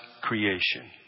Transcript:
creation